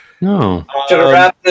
No